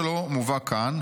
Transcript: שלא מובא כאן,